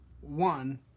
one